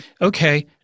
okay